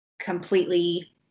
completely